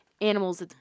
animals